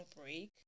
break